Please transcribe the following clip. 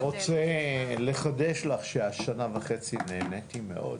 אני רוצה לחדש לך שבשנה וחצי האחרונות נהניתי מאוד.